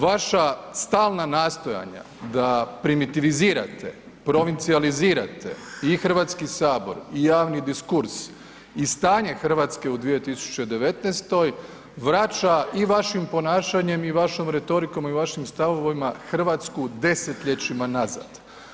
Vaša stalna nastojanja da primitivizirate, provincijalizirate i Hrvatski sabor i javni diskurs i stanje Hrvatske u 2019. vraća i vašim ponašanjem i vašom retorikom i vašim stavovima Hrvatsku desetljećima nazad.